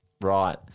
Right